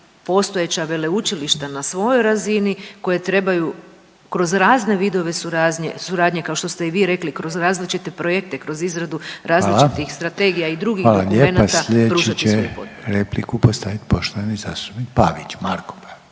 postojeća veleučilišta na svojoj razini koje trebaju kroz razne vidove suradnje kao što ste i vi rekli, kroz različite projekte, kroz izradu različitih strategija .../Upadica: Hvala. Hvala lijepa./... i drugih .../Govornici govore